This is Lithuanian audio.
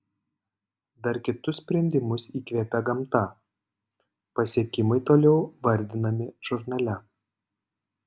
dar kitus sprendimus įkvėpė gamta pasiekimai toliau vardinami žurnale